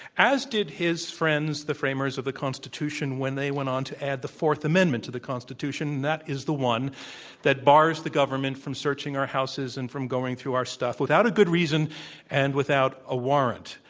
as did his friends, the framers of the constitution, when they went on to add the fourth amendment to the constitution. and that is the one that bars the government from searching our houses and from going through our stuff without a good reason and without a warrant.